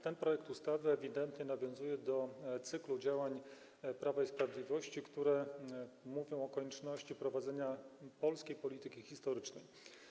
Ten projekt ustawy ewidentnie nawiązuje do cyklu działań Prawa i Sprawiedliwości, które mówią o konieczności prowadzenia polskiej polityki historycznej.